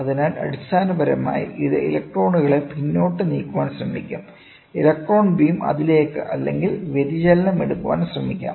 അതിനാൽ അടിസ്ഥാനപരമായി ഇത് ഇലക്ട്രോണുകളെ പിന്നോട്ട് നീക്കാൻ ശ്രമിക്കും ഇലക്ട്രോൺ ബീം അതിലേക്ക് അല്ലെങ്കിൽ വ്യതിചലനം എടുക്കാൻ ശ്രമിക്കാം